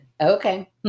Okay